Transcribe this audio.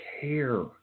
care